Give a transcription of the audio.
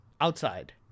Outside